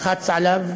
לחץ עליו,